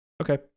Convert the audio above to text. okay